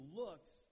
looks